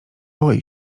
boi